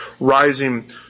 rising